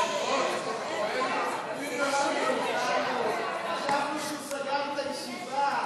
חשבנו שהוא סגר את הישיבה.